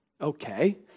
Okay